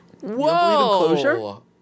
Whoa